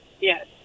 yes